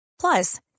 Plus